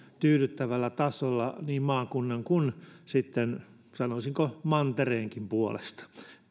tyydyttävällä tasolla niin maakunnan kuin sanoisinko mantereenkin puolesta